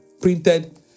printed